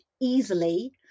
easily